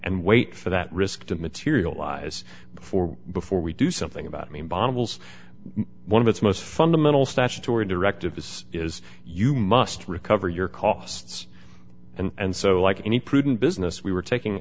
and wait for that risk to materialize before before we do something about me bottles one of its most fundamental statutory directive this is you must recover your costs and so like any prudent business we were taking